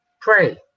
pray